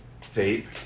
tape